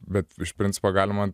bet iš principo galima